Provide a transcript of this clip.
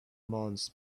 months